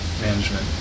management